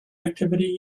activity